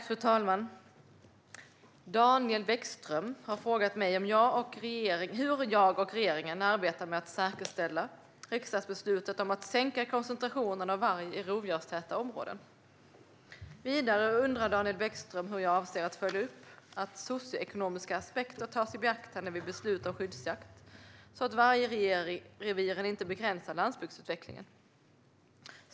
Fru talman! Daniel Bäckström har frågat mig hur jag och regeringen arbetar med att säkerställa riksdagsbeslutet att sänka koncentrationerna av varg i rovdjurstäta områden. Vidare undrar Daniel Bäckström hur jag avser att följa upp att socioekonomiska aspekter tas i beaktande vid beslut om skyddsjakt så att vargreviren inte begränsar landsbygdsutvecklingen.